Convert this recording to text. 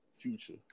Future